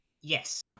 Yes